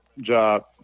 job